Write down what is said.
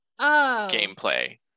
gameplay